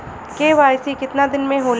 KYC कितना दिन में होले?